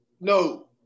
No